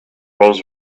was